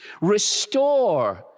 Restore